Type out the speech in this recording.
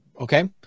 Okay